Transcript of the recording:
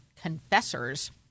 confessors